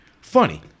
Funny